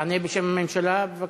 תענה בשם הממשלה, בבקשה.